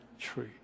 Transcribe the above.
tree